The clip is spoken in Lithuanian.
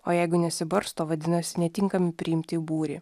o jeigu nesibarsto vadinasi netinkami priimti į būrį